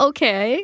Okay